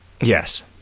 Yes